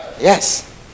Yes